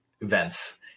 events